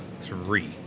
three